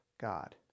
God